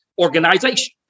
organization